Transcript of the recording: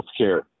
healthcare